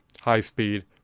high-speed